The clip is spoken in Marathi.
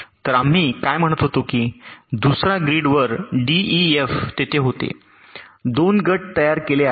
तर आम्ही काय म्हणत होतो की दुसरा ग्रीड वर D E F तेथे होते 2 गट तयार केले आहेत